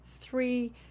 three